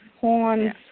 horns